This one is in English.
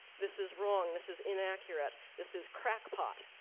this is wrong. this is inaccurate. this is crackpot.